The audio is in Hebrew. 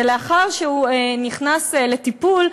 ולאחר שהוא נכנס לטיפול,